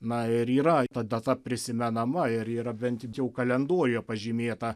na ir yra ta data prisimenama ir yra bent jau kalendoriuje pažymėta